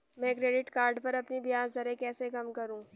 मैं credit card पर अपनी ब्याज दरें कैसे कम करूँ?